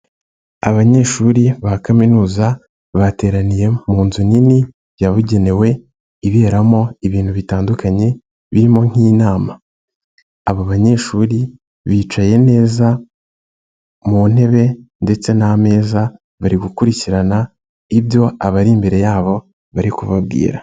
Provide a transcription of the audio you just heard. Abanyeshuri ba kaminuza bateraniye mu inzu nini yabugenewe iberamo ibintu bitandukanye birimo nk'inama. Abo banyeshuri bicaye neza mu ntebe ndetse n'ameza bari gukurikirana ibyo abari imbere yabo bari kubabwira.